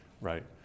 right